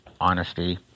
honesty